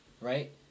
Right